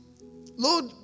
Lord